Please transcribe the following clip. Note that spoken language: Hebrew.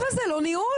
אבל זה לא ניהול,